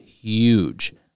huge